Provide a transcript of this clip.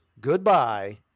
Goodbye